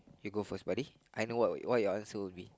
you go first buddy I know what what your answer would be